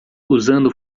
usando